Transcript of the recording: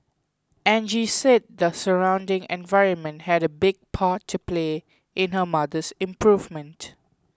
Angie said the surrounding environment had a big part to play in her mother's improvement